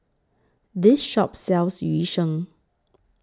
This Shop sells Yu Sheng